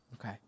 Okay